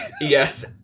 Yes